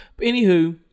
anywho